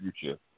future